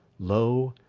low,